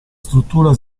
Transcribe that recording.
struttura